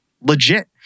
legit